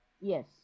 Yes